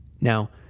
Now